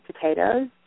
potatoes